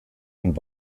und